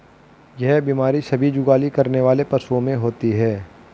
यह बीमारी सभी जुगाली करने वाले पशुओं में होती है